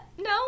no